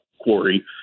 quarry